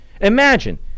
Imagine